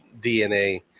DNA